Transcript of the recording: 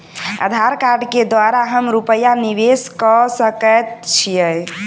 आधार कार्ड केँ द्वारा हम रूपया निवेश कऽ सकैत छीयै?